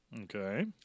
Okay